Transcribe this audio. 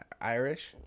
Irish